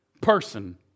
person